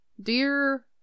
Dear